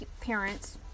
parents